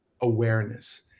awareness